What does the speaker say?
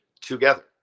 together